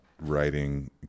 writing